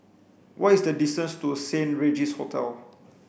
what is the distance to Saint Regis Hotel